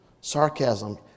sarcasm